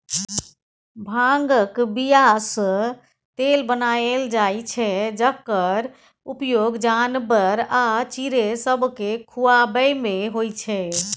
भांगक बीयासँ तेल बनाएल जाइ छै जकर उपयोग जानबर आ चिड़ैं सबकेँ खुआबैमे होइ छै